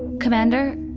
commander,